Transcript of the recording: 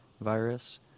virus